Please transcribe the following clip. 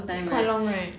it's quite long right